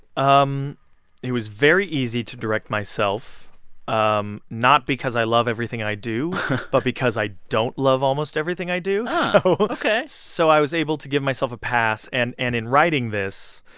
um it was very easy to direct myself um not because i love everything i do but because i don't love almost everything i do oh, ok so i was able to give myself a pass, and and in writing this,